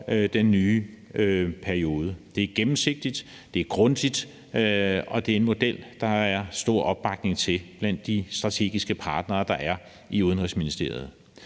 den nye periode. Det er gennemsigtigt, det er grundigt, og det er en model, der er stor opbakning til blandt de strategiske partnere, der er i Udenrigsministeriet.